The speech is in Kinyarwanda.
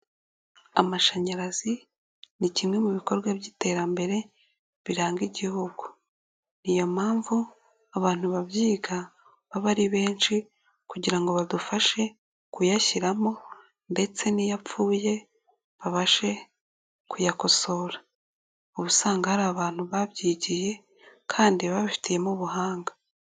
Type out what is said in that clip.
Amashanyarazi ni cyimwe mu bikorwa by'iterambere biranga igihugu. Niyo mpamvu abantu babyiga baba ari benshi kugira ngo badufashe kuyashyiramo ndetse n'iyapfuye babashe kuyakosora. Uba usanga hari abantu babyigiye kandi babifitetimo ubuhanga.